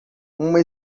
uma